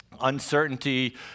uncertainty